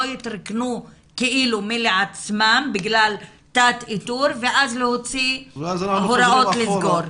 יתרוקנו כאילו מעצמם בגלל תת איתור ואז להוציא הוראות לסגור.